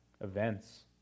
events